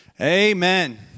Amen